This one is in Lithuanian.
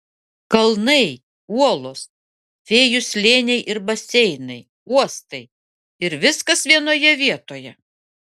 kalnai uolos fėjų slėniai ir baseinai uostai ir viskas vienoje vietoje